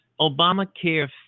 Obamacare